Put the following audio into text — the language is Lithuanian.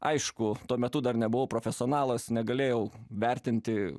aišku tuo metu dar nebuvau profesionalas negalėjau vertinti